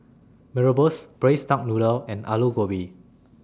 Mee Rebus Braised Duck Noodle and Aloo Gobi